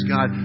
God